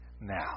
now